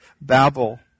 Babel